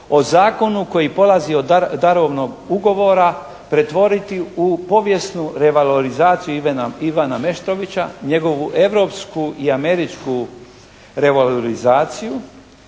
o zakonu koji polazi od darovnog ugovora pretvoriti u povijesnu revalorizaciju Ivana Meštrovića, njegovu europsku i američku revalorizaciju